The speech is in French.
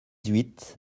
huit